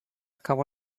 cabo